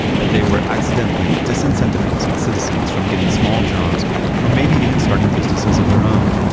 that they were accidentally disincentivizing citizens from getting small jobs or maybe even starting businesses of their own.